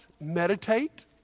meditate